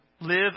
live